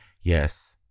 Yes